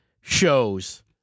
shows